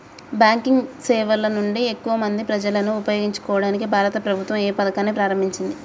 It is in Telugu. బ్యాంకింగ్ సేవల నుండి ఎక్కువ మంది ప్రజలను ఉపయోగించుకోవడానికి భారత ప్రభుత్వం ఏ పథకాన్ని ప్రారంభించింది?